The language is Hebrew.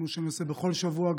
כמו שאני עושה בכל שבוע,